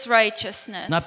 righteousness